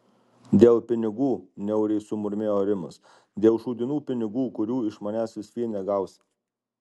dėl pinigų niauriai sumurmėjo rimas dėl šūdinų pinigų kurių iš manęs vis vien negausi